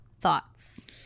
Thoughts